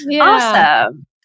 Awesome